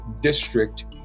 district